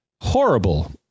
horrible